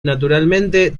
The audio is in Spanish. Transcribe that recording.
naturalmente